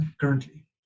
currently